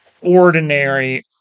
ordinary